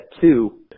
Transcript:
two